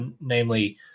namely